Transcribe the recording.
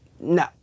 no